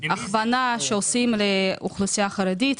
הכוונה שעושים לאוכלוסייה חרדית,